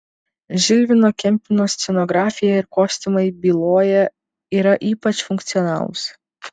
žilvino kempino scenografija ir kostiumai byloje yra ypač funkcionalūs